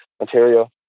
Ontario